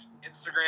Instagram